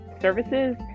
services